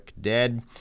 dead